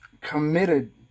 committed